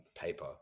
paper